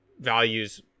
values